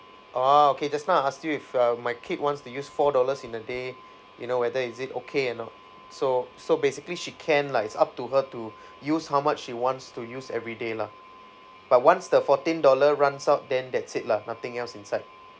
oh okay just now I ask you if uh my kid wants to use four dollars in a day you know whether is it okay or not so so basically she can lah it's up to her to use how much she wants to use everyday lah but once the fourteen dollar runs out then that's it lah nothing else inside